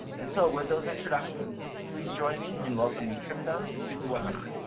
and so with those introductions, please join me in welcoming tripta to the webinar.